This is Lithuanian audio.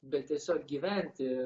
bet tiesiog gyventi